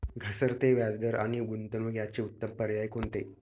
घसरते व्याजदर आणि गुंतवणूक याचे उत्तम पर्याय कोणते?